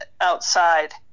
outside